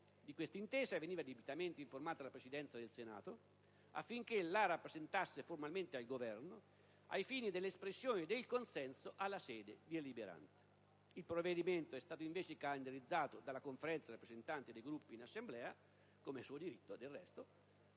Di questa intesa veniva debitamente informata la Presidenza del Senato, affinché la rappresentasse formalmente al Governo ai fini dell'espressione del consenso alla sede deliberante. Il provvedimento è stato invece calendarizzato dalla Conferenza dei rappresentanti dei Gruppi in Assemblea. I due correlatori